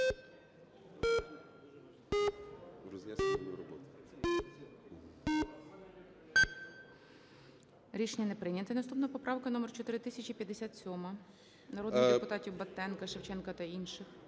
Рішення не прийнято. Наступна поправка - номер 4057, народних депутатів Батенка, Шевченка та інших.